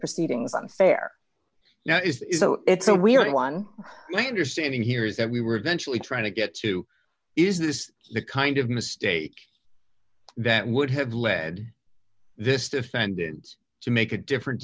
proceedings unfair now it's oh it's a weird one my understanding here is that we were eventually trying to get to is this the kind of mistake that would have led this defendant to make a different